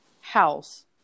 house